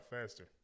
faster